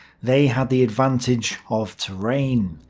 they had the advantage of terrain.